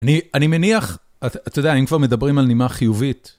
אני מניח, אתה יודע, אם כבר מדברים על נימה חיובית.